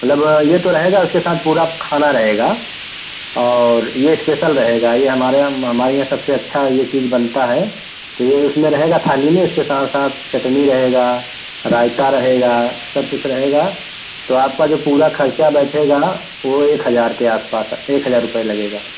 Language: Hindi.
मतलब ये तो रहेगा उसके साथ पूरा खाना रहेगा और ये इस्पेसल रहेगा यह हमारे यहाँ हमारे यहाँ सबसे अच्छा यह चीज बनता है तो ये उसमें रहेगा थाली में उसके साथ साथ चटनी रहेगा रायता रहेगा सब कुछ रहेगा तो आपका जो पूरा खर्चा बैठेगा न वो एक हजार के आस पास एक हजार रुपये लगेगा